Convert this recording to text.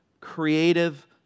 creative